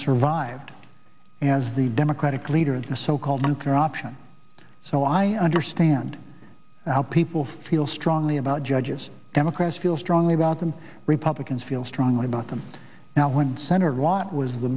survived as the democratic leader of the so called nuclear option so i understand how people feel strongly about judges democrats feel strongly about them republicans feel strongly about them now when center what was the